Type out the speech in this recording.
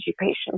patients